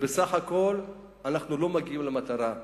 ובסך הכול אנחנו לא מגיעים למטרה,